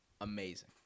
Amazing